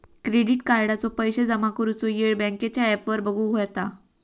credit कार्डाचो पैशे जमा करुचो येळ बँकेच्या ॲपवर बगुक येता